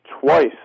twice